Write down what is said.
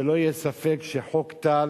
שלא יהיה ספק שחוק טל